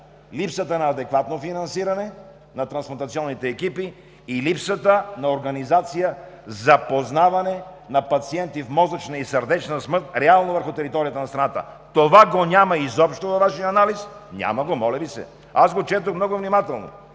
липсата на адекватно финансиране на трансплантационните екипи и липсата на организация за познаване на пациенти в мозъчна и сърдечна смърт реално върху територията на страната. Това го няма изобщо във Вашия анализ. (Реплика от ГЕРБ.) Няма го, моля Ви се, аз го четох много внимателно,